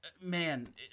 man